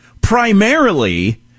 primarily